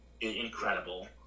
incredible